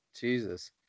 Jesus